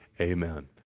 amen